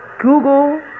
Google